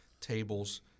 tables